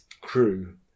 crew